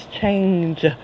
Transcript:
change